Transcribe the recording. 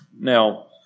Now